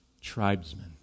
tribesmen